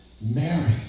Mary